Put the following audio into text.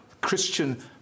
Christian